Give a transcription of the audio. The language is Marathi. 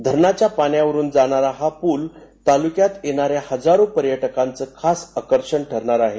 धरणाच्या पाण्यावरून जाणारा हा पूल तालुक्यात येणाऱ्या हजारो पर्यटकांचं खास आकर्षण ठरणार आहे